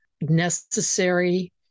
necessary